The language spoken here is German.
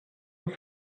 auf